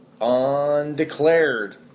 Undeclared